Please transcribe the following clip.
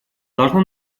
должна